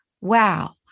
wow